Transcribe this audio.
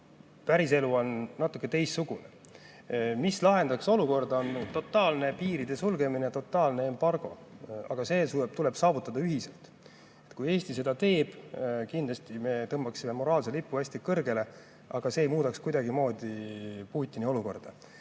päriselu on natuke teistsugune. Olukorra lahendaks totaalne piiride sulgemine, totaalne embargo. Aga see tuleb saavutada ühiselt. Kui Eesti seda teeks, siis kindlasti me tõmbaksime moraalse lipu hästi kõrgele, aga see ei muudaks kuidagimoodi Putini olukorda.